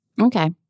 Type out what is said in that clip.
Okay